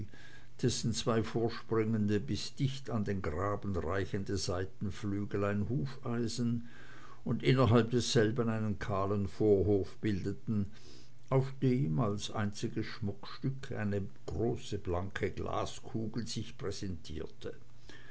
dessen zwei vorspringende bis dicht an den graben reichende seitenflügel ein hufeisen und innerhalb desselben einen kahlen vorhof bildeten auf dem als einziges schmuckstück eine große blanke glaskugel sich präsentierte